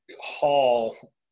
Hall –